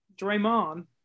Draymond